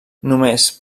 només